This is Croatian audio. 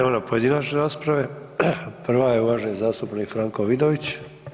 Idemo na pojedinačne rasprave, prva je uvaženi zastupnik Franko Vidović.